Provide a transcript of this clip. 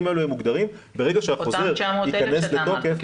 אותם 900,000 שאמרת?